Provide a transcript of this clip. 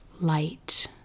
light